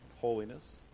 holiness